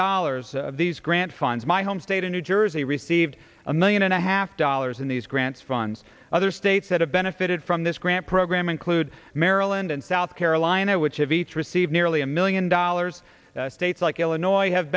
dollars of these grant funds my home state in new jersey received a million and a half dollars in these grants funds other states that have benefited from this grant program include maryland and south carolina which have each received nearly a million dollars states like illinois have